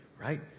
right